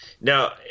Now